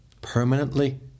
permanently